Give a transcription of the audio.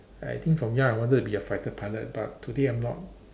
I think from young I wanted to be a fighter pilot but today I'm not